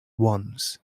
once